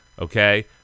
Okay